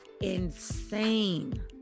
insane